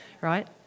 Right